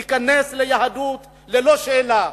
להיכנס ליהדות ללא שאלה.